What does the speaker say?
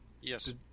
Yes